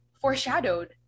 foreshadowed